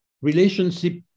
relationship